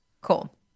Cool